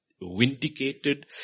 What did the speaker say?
vindicated